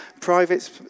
private